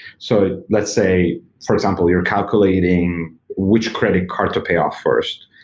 so let's say, for example, you're calculating which credit card to pay off first.